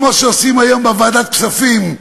כמו שעושים היום בוועדת הכספים,